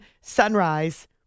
sunrise